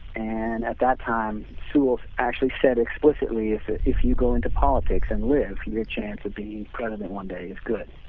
and at that time sewall actually said explicitly if if you go into politics and live, your chance to be president one day is good.